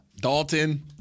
Dalton